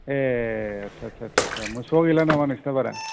ए आदसा आदसा आदसा मोसौआ गैला नामा नोंसिना बारा